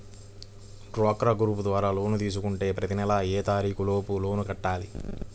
డ్వాక్రా గ్రూప్ ద్వారా లోన్ తీసుకుంటే ప్రతి నెల ఏ తారీకు లోపు లోన్ కట్టాలి?